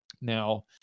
Now